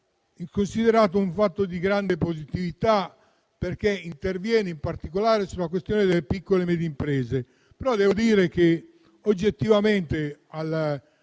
considerato un fatto di grande positività, perché interviene in particolare nella questione delle piccole e medie imprese. Devo dire, però, che oggettivamente,